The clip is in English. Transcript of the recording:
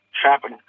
trapping